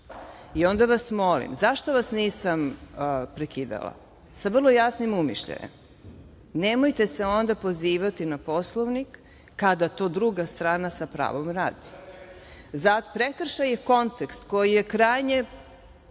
i onda vas molim, zašto vas nisam prekidala, sa vrlo jasnim umišljajem, nemojte se onda pozivati na Poslovnik kada to druga strana sa pravom radi.Za prekršen kontekst koji je krajnje,